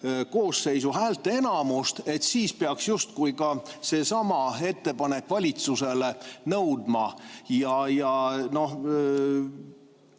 koosseisu häälteenamust, siis peaks justkui ka seesama ettepanek valitsusele nõudma